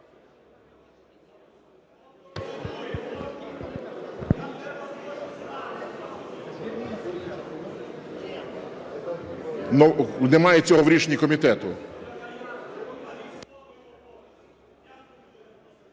Немає цього в рішенні комітету.